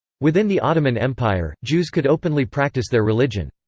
within the ottoman empire, jews could openly practise their religion.